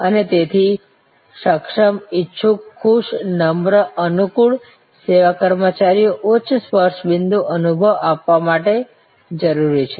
અને તેથી સક્ષમ ઈચ્છુક ખુશ નમ્ર અનુકુળ સેવા કર્મચારીઓ ઉચ્ચ સ્પર્શ બિંદુ અનુભવ આપવા માટે જરૂરી છે